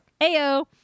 ayo